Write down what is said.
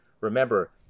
Remember